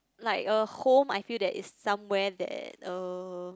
like a home I feel that is somewhere that uh